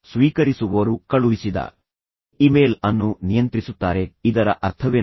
ಸ್ವೀಕರಿಸುವವರು ಕಳುಹಿಸಿದ ಇಮೇಲ್ ಅನ್ನು ನಿಯಂತ್ರಿಸುತ್ತಾರೆ ಇದರ ಅರ್ಥವೇನು